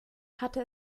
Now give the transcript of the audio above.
hatte